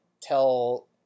tell